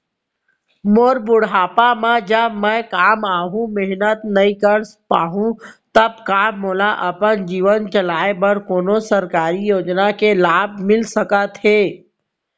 मोर बुढ़ापा मा जब मैं काम अऊ मेहनत नई कर पाहू तब का मोला अपन जीवन चलाए बर कोनो सरकारी योजना के लाभ मिलिस सकत हे?